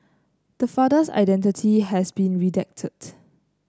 the father's identity has been redacted